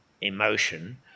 emotion